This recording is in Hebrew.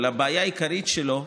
אבל הבעיה העיקרית שלו,